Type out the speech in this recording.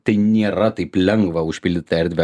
tai nėra taip lengva užpildyt tą erdvę